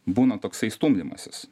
būna toksai stumdymasis